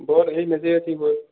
বল এই বেঁচে আছি বল